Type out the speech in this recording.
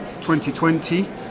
2020